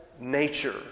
nature